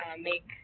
make